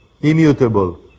immutable